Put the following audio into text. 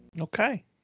okay